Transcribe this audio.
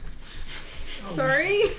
Sorry